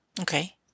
Okay